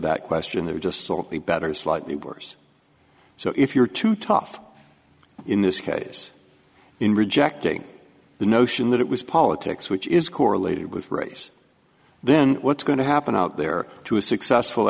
that question they're just sort of the better slightly worse so if you're too tough in this case in rejecting the notion that it was politics which is correlated with race then what's going to happen out there to a successful